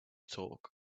talk